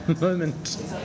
moment